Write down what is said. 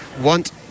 want